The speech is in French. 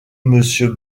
monsieur